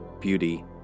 beauty